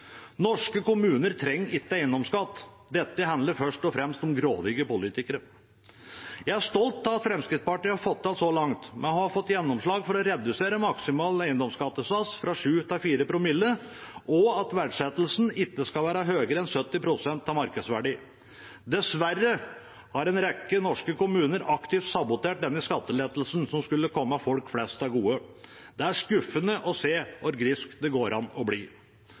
Norske kommuner trenger ikke eiendomsskatt. Dette handler først og fremst om grådige politikere. Jeg er stolt av alt Fremskrittspartiet har fått til så langt. Vi har fått gjennomslag for å redusere maksimal eiendomsskattesats fra 7 til 4 promille og for at verdsettelsen ikke skal være høyere enn 70 pst. av markedsverdi. Dessverre har en rekke norske kommuner aktivt sabotert denne skattelettelsen som skulle komme folk flest til gode. Det er skuffende å se hvor grisk det går an å bli.